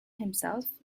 himself